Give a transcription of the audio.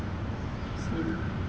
same